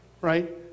right